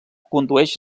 condueix